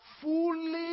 fully